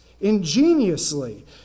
ingeniously